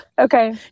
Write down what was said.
Okay